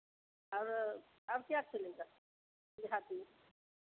और और क्या खेलेगा देहात में